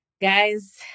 Guys